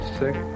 sick